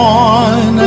on